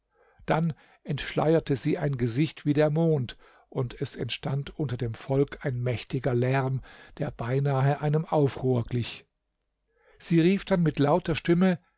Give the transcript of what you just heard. dann entschleierte sie ein gesicht wie der mond und es entstand unter dem volk ein mächtiger lärm der beinahe einem aufruhr glich sie rief dann mit lauter stimme